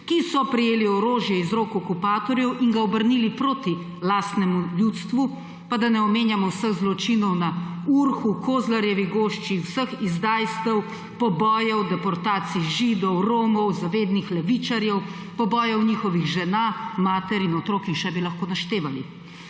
ki so prejeli orožje iz rok okupatorjev in ga obrnili proti lastnemu ljudstvu, pa da ne omenjam vseh zločinov na Urhu, Kozlarjevi gošči, vseh izdajstev, pobojev, deportacij Židov, Romov, zavednih levičarjev, pobojev njihovih žena, mater in otrok in še bi lahko naštevali.